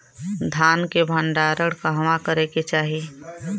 धान के भण्डारण कहवा करे के चाही?